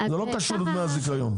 זה לא קשור לדמי הזיכיון.